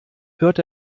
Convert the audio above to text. hört